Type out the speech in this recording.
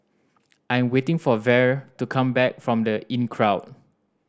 I am waiting for Vere to come back from The Inncrowd